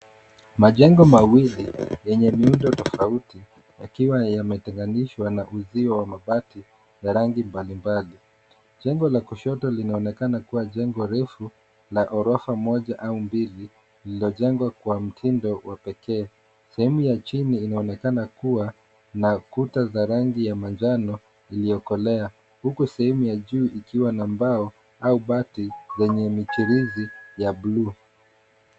Majengo mawili yenye miundo tofauti, yakiwa yametenganishwa na uzio wa mabati ya rangi mbalimbali. Jengo la kushoto linaonekana kuwa jengo refu, la ghorofa moja au mbili lililojengwa kwa mtindo wa pekee. Sehemu ya chini inaonekana kuwa na kuta za rangi ya manjano iliyokolea, huku sehemu ya juu ikiwa na mbao au bati yenye michirizi ya blue .